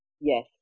Yes